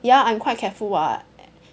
ya I'm quite careful [what]